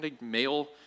male